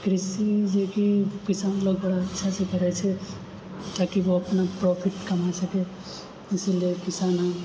कृषि जेकि किसान लोक बड़ा अच्छासँ करै छै ताकि ओ अपना प्रॉफिट कमा सकै इसीलिए किसान